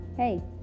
Hey